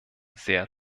sehr